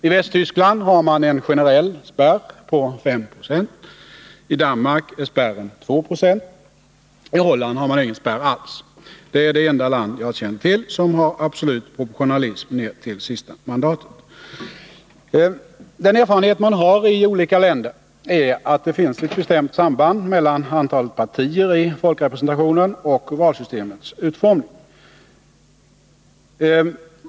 I Västtyskland har man en generell spärr på 5 20. I Danmark är spärren 2 Zo. I Holland har man ingen spärr alls. Det är det enda land jag känner till som har absolut proportionalism ner till sista mandatet. Erfarenheterna från olika länder visar att det finns ett bestämt samband mellan antalet partier i folkrepresentationen och valsystemets utformning.